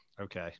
Okay